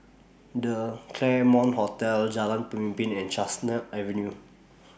The Claremont Hotel Jalan Pemimpin and Chestnut Avenue